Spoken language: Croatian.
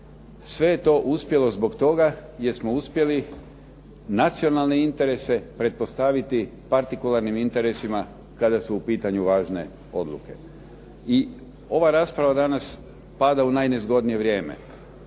Sve je to uspjelo zbog toga jer smo uspjeli nacionalne interese pretpostaviti partikularnim interesima kada su u pitanju važne odluke. I ova rasprava danas pada u najnezgodnije vrijeme,